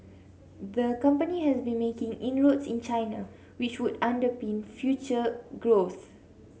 the company has been making inroads in China which would underpin future growth